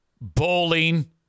bowling